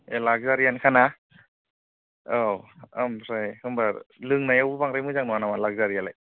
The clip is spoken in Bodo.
ए लाखजारियानोखा ना औ ओमफ्राय होनबा लोंनायावबो बांद्राय मोजां नङा नामा लाखजारियालाय